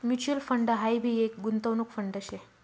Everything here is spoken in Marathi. म्यूच्यूअल फंड हाई भी एक गुंतवणूक फंड शे